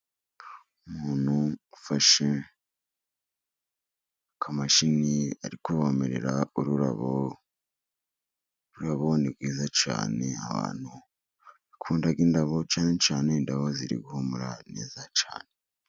Umuntu ufashe akamashini ari kuvomerera ururabo, ururabo ni rwiza cyane, abantu bakunda indabo cyane, cyane indabo ziri guhumura neza cyane.